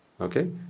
Okay